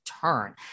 turn